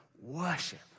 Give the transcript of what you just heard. worship